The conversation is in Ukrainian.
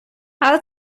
але